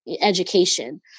education